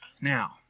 Now